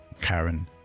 Karen